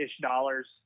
dollars